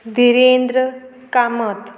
Dhirendra Kamat